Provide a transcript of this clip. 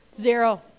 Zero